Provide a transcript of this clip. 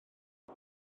ble